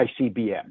ICBM